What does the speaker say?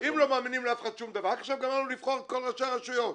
אם לא מאמינים לאף אחד רק עכשיו גמרנו לבחור את כל ראשי הרשויות.